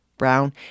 Brown